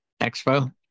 Expo